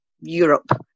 Europe